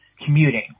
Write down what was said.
commuting